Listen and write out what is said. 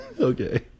Okay